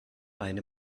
eine